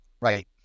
Right